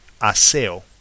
aseo